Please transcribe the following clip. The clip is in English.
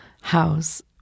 house